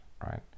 right